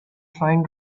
fine